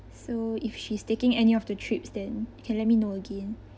so if she's taking any of the trips then can let me know again